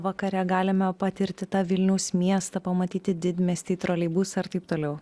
vakare galime patirti tą vilniaus miestą pamatyti didmiestį troleibusą ir taip toliau